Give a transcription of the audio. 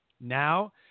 Now